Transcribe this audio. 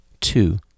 two